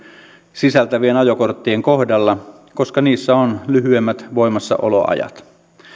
sisältävien ajokorttien kohdalla koska niissä on lyhyemmät voimassaoloajat